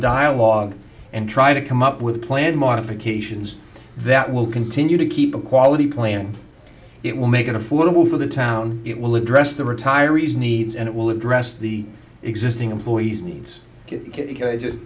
dialogue and try to come up with a plan modifications that will continue to keep a quality plan it will make it affordable for the town it will address the retiree's needs and it will address the existing employees needs it just